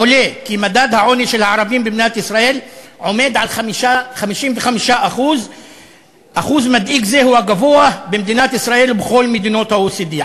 עולה כי מדד העוני של הערבים במדינת ישראל עומד על 55%. אחוז מדאיג זה במדינת ישראל הוא הגבוה בכל מדינות ה-OECD.